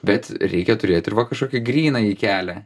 bet reikia turėti ir va kažkokį grynąjį kelią